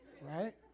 right